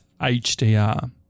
HDR